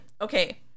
okay